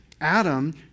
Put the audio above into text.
Adam